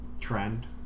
trend